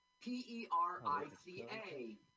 P-E-R-I-C-A